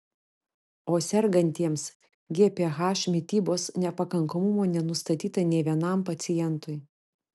o sergantiems gph mitybos nepakankamumo nenustatyta nė vienam pacientui